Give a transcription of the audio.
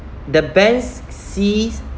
the banks sees